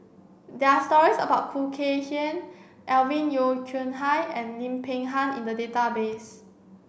there are stories about Khoo Kay Hian Alvin Yeo Khirn Hai and Lim Peng Han in the database